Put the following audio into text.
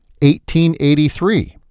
1883